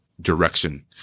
direction